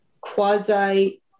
quasi